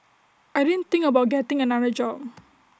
I didn't think about getting another job